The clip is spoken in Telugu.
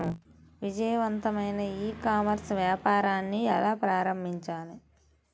విజయవంతమైన ఈ కామర్స్ వ్యాపారాన్ని ఎలా ప్రారంభించాలి?